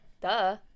Duh